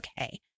Okay